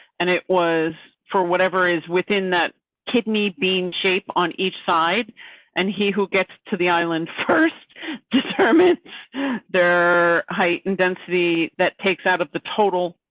and it was for whatever is within that kidney, being shaped on each side and he, who gets to the island first determine their height and density that takes out of the total.